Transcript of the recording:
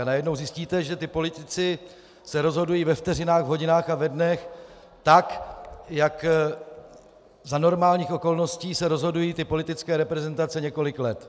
Najednou zjistíte, že ti politici se rozhodují ve vteřinách, v hodinách a ve dnech tak, jak za normálních okolností se rozhodují politické reprezentace několik let.